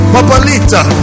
Papalita